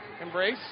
embrace